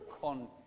con